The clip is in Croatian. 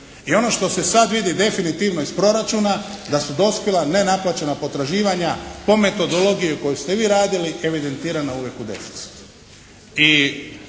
I ono što se sad vidi definitivno iz proračuna da su dospjela nenaplaćena potraživanja po metodologiji koju ste vi radili evidentirana uvijek u deficitu